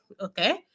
okay